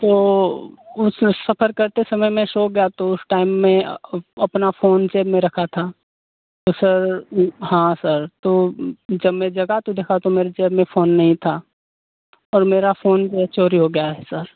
तो उस सफ़र करते समय मैं सो गया तो उस टाइम में अपना फ़ोन ज़ेब में रखा था तो सर हाँ सर तो जब मैं जगा तो देखा तो मेरी ज़ेब में फ़ोन नहीं था और मेरा फ़ोन चोरी हो गया है सर